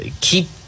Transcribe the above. Keep